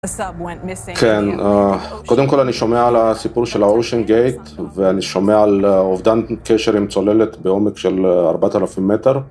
כן, קודם כל אני שומע על הסיפור של האושן גייט ואני שומע על אובדן קשר עם צוללת בעומק של 4000 מטר